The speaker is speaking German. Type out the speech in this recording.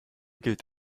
gilt